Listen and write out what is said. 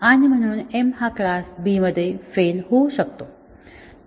आणि म्हणून m हा क्लास B मध्ये फेल होऊ शकतो